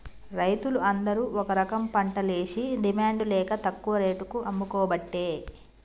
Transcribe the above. రైతులు అందరు ఒక రకంపంటలేషి డిమాండ్ లేక తక్కువ రేటుకు అమ్ముకోబట్టే